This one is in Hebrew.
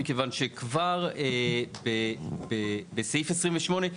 מכיוון שכבר בסעיף 28,